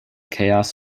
chaos